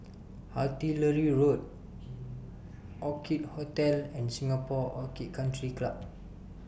Artillery Road Orchid Hotel and Singapore Orchid Country Club